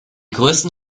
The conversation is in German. größten